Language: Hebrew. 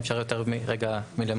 אם אפשר יותר רגע מלמעלה.